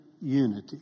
unity